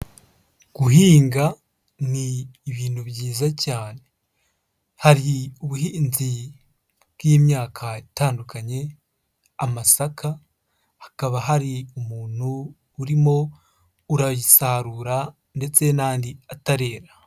Guhinga ni ibintu byiza cyane hari ubuhinzi bw'imyaka itandukanye, amasaka, hakaba hari umuntu urimo urayisarura ndetse n'andi atarera.